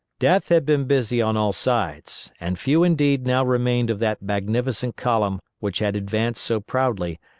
death had been busy on all sides, and few indeed now remained of that magnificent column which had advanced so proudly,